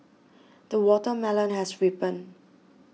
the watermelon has ripened